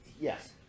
Yes